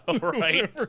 Right